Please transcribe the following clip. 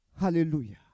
Hallelujah